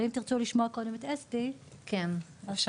אבל אם תרצו לשמוע קודם את אסתי אז עדיף.